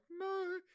no